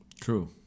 True